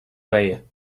way